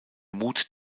mut